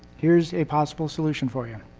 here's a possible solution for ya.